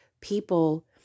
people